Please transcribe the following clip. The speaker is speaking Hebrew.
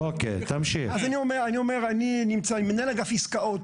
אני נמצא עם מנהל אגף עסקאות,